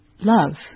love